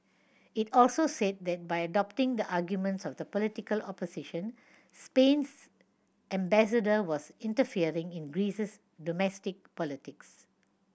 it also said that by adopting the arguments of the political opposition Spain's ambassador was interfering in Greece's domestic politics